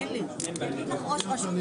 אין לי ספק שהמתנגדים לא יהיו משרד